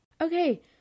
Okay